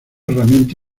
herramienta